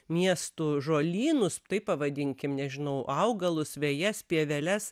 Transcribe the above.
miestų žolynus taip pavadinkim nežinau augalus vejas pieveles